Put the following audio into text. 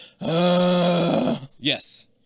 Yes